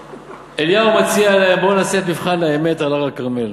אליהו מציע להם: בואו נעשה את מבחן האמת על הר-הכרמל.